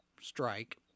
strike